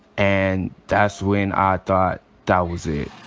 and that's when i thought that was it.